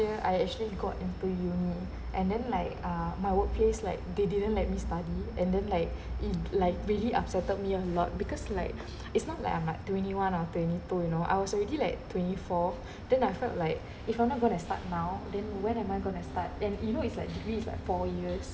year I actually got into uni and then like uh my workplace like they didn't let me study and then like it like really upsets me a lot because like it's not like I'm like twenty one or twenty two you know I was already like twenty four then I felt like if I'm not going to start now then when am I going to start and you know it's like degree it's like four years